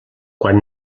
quan